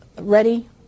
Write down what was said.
ready